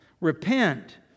Repent